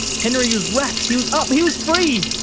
henry was rapt! he was up! he was free!